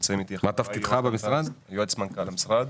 אני יועץ למנכ"ל המשרד.